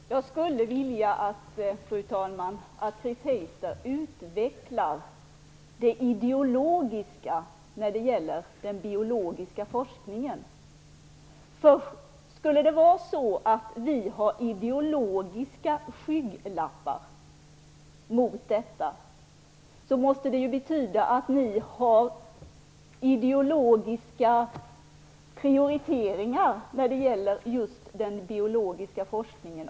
Fru talman! Jag skulle vilja att Chris Heister utvecklade det ideologiska när det gäller den biologiska forskningen. Skulle vi ha ideologiska skygglappar här så måste det betyda att ni har ideologiska prioriteringar när det gäller just den biologiska forskningen.